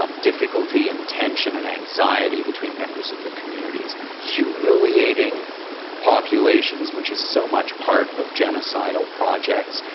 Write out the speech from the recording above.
um difficulty, and tension, and anxiety between members of the communities, humiliating populations, which is so much part of genocidal projects.